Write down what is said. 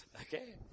okay